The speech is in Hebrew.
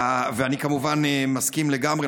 ואני כמובן מסכים לגמרי,